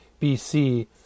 BC